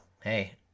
hey